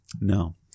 No